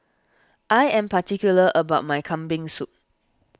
I am particular about my Kambing Soup